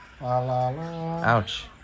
Ouch